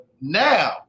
now